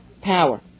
power